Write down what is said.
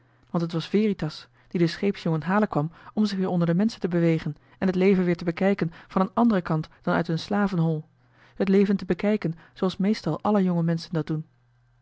want het was veritas die den scheepsjongen halen kwam om zich weer onder de menschen te bewegen en het leven weer te bekijken van een anderen kant dan uit een slavenhol het leven te bekijken zooals meestal alle jonge menschen dat doen